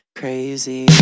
crazy